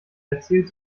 erzählt